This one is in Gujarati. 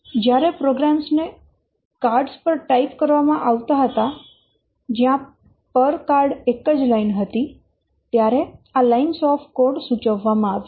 જ્યારે પ્રોગ્રામ્સ ને કાર્ડ્સ પર ટાઇપ કરવામાં આવતા હતા જયાં પર કાર્ડ એક જ લાઈન હતી ત્યારે આ લાઇન્સ ઓફ કોડ સૂચવવામાં આવ્યું